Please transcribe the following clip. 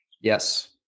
Yes